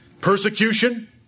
Persecution